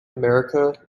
america